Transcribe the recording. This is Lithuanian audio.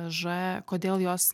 ž kodėl jos